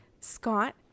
Scott